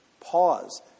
Pause